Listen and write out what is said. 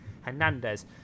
Hernandez